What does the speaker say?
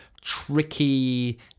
tricky